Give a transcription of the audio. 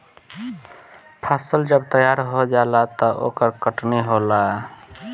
फसल जब तैयार हो जाला त ओकर कटनी होला